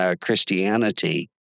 Christianity